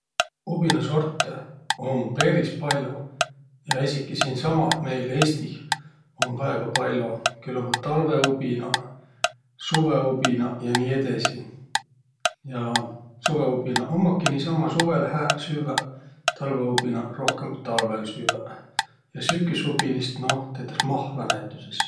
Ubinasortõ um peris pall'o ja esiki siinsamah meil Eestih um väega pall'o. Külh ummaq talvõubinaq, suvõubinaq ja nii edesi. Ja suvõubinaq ummaki niisama suvõl hääq süvväq, talvõubinaq rohkõmb talvõl süvväq. Ja süküsubinist, noh, tetäs mahla näütüses.